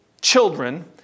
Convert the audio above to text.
children